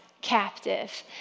captive